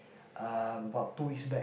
uh about two weeks back